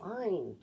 fine